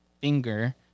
finger